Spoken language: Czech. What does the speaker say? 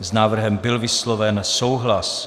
S návrhem byl vysloven souhlas.